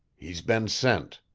he's been sent.